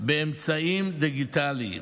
באמצעים דיגיטליים.